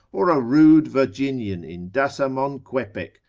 or a rude virginian in dasamonquepec,